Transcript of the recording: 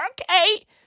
okay